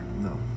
no